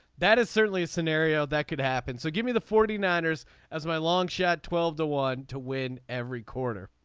that is certainly a scenario that could happen. so give me the forty nine ers as my long shot twelve to one to win every quarter.